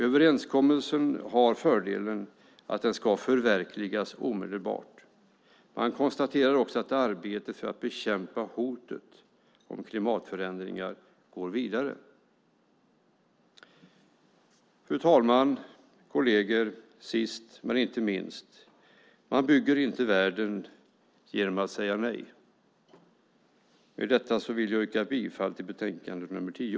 Överenskommelsen har fördelen att den ska förverkligas omedelbart. Man konstaterar också att arbetet för att bekämpa hotet om klimatförändringar går vidare. Fru talman! Kolleger! Sist men inte minst vill jag säga att man inte bygger världen genom att säga nej. Med detta vill jag yrka bifall till förslaget i betänkande nr 10.